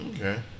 Okay